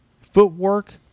Footwork